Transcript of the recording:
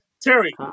Terry